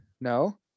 No